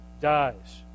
dies